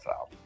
out